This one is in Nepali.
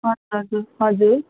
हजुर हजुर हजुर